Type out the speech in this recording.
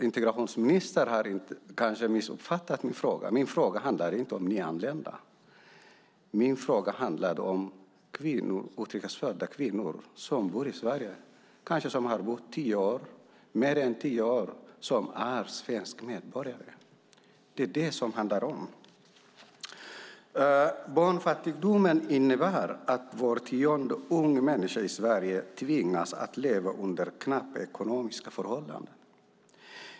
Integrationsministern har kanske missuppfattat min interpellation. Den handlar inte om nyanlända. Den handlar om utrikesfödda kvinnor som bor i Sverige och som kanske har bott mer än tio år här och som är svenska medborgare. Det är det som den handlar om. Barnfattigdomen innebär att var tionde ung människa i Sverige tvingas leva under knappa ekonomiska förhållanden.